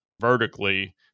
vertically